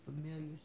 familiar